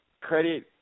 credit